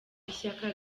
ishyaka